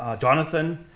ah jonathan,